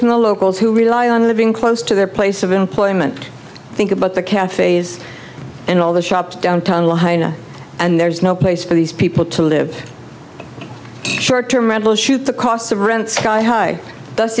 from the locals who rely on living close to their place of employment think about the cafes and all the shops downtown la you know and there's no place for these people to live short term mental shoot the costs of rent sky high th